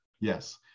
Yes